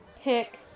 Pick